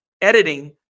editing